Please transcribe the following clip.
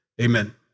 Amen